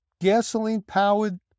gasoline-powered